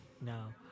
No